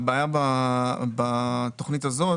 הבעיה בתוכנית הזאת,